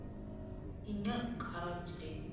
ᱤᱧᱟᱹᱜ ᱜᱷᱟᱸᱨᱚᱡᱽ ᱨᱮ